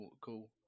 cool